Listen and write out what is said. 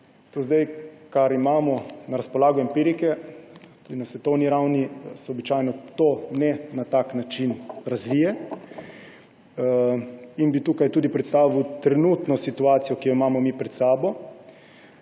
Kolikor imamo na razpolago empirike, tudi na svetovni ravni, se običajno to ne razvije na tak način. Tukaj bi predstavil trenutno situacijo, ki jo imamo mi pred sabo.